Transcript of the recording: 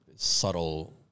Subtle